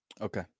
Okay